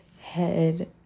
head